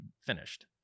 finished